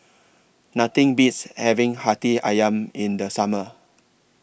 Nothing Beats having Hati Ayam in The Summer